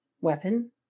weapon